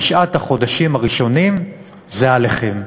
תשעת החודשים הראשונים עליכם.